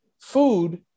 food